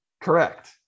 Correct